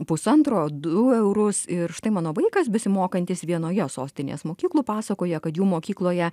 pusantro du eurus ir štai mano vaikas besimokantis vienoje sostinės mokyklų pasakoja kad jų mokykloje